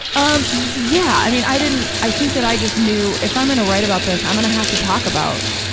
um yeah. i mean, i didn't, i think that i just knew, if i'm gonna write about this, i'm gonna have to talk about,